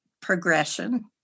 progression